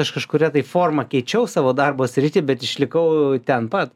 aš kažkuria tai forma keičiau savo darbo sritį bet išlikau ten pat